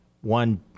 one